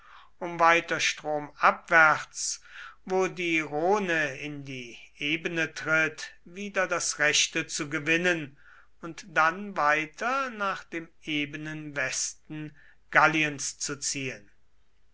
um weiter stromabwärts wo die rhone in die ebene eintritt wieder das rechte zu gewinnen und dann weiter nach dem ebenen westen galliens zu ziehen